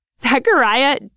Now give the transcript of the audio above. Zechariah